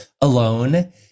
alone